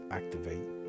activate